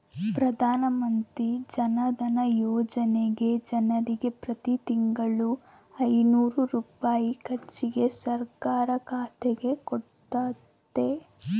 ಪ್ರಧಾನಮಂತ್ರಿ ಜನಧನ ಯೋಜನೆಗ ಜನರಿಗೆ ಪ್ರತಿ ತಿಂಗಳು ಐನೂರು ರೂಪಾಯಿ ಖರ್ಚಿಗೆ ಸರ್ಕಾರ ಖಾತೆಗೆ ಕೊಡುತ್ತತೆ